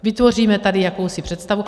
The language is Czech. Vytvoříme tady jakousi představu.